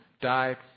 die